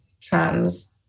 trans